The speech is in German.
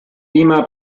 beamer